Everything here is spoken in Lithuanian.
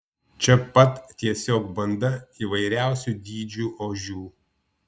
čia pat tiesiog banda įvairiausių dydžių ožių